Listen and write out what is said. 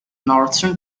northern